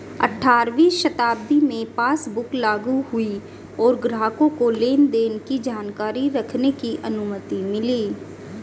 अठारहवीं शताब्दी में पासबुक लागु हुई और ग्राहकों को लेनदेन की जानकारी रखने की अनुमति मिली